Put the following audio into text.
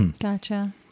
Gotcha